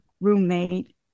roommate